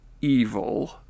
evil